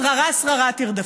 שררה שררה תרדפו.